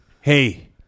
Hey